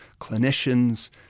clinicians